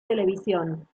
televisión